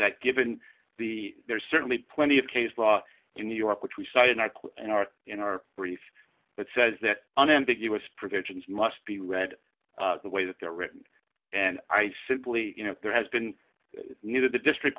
that given the there's certainly plenty of case law in new york which we cited in our in our brief that says that unambiguous provisions must be read the way that they're written and i simply you know there has been need of the district